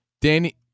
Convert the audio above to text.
Danny